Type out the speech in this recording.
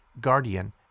Guardian